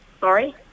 Sorry